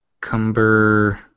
Cumber